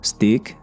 Stick